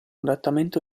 adattamento